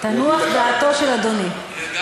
תנוח דעתו של אדוני.